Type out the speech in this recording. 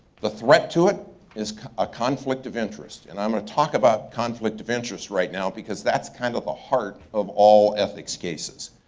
the threat to it is a conflict of interest. and i'm gonna talk about conflict of interest right now because that's kind of the heart of all ethics cases.